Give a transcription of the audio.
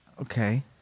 Okay